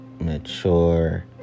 mature